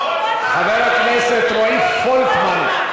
פולקמן.